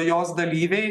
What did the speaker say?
jos dalyviai